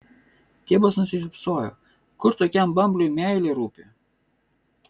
tėvas nusišypsojo kur tokiam bambliui meilė rūpi